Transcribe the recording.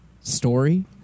story